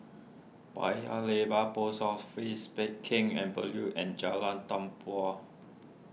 Paya Lebar Post Office Pheng Geck Avenue and Jalan Tempua